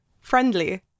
friendly